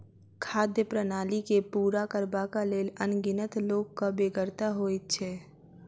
खाद्य प्रणाली के पूरा करबाक लेल अनगिनत लोकक बेगरता होइत छै